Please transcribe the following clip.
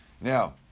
Now